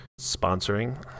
sponsoring